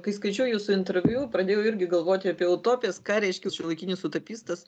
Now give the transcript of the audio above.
kai skaičiau jūsų interviu pradėjau irgi galvoti apie utopijas ką reiškia šiuolaikinis utopistas